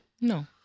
No